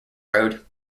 road